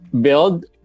build